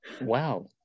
Wow